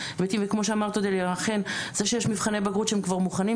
זה שיש מבחני בגרות שהם כבר מוכנים,